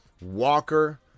Walker